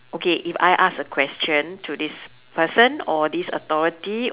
okay if I ask a question to this person or this authority